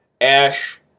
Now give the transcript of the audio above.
Ash